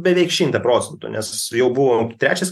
beveik šimtą procentų nes jau buvo trečias